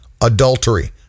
adultery